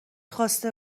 خواسته